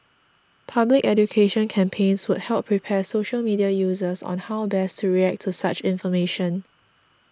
public education campaigns would help prepare social media users on how best to react to such information